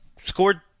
Scored